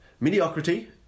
Mediocrity